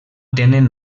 tenen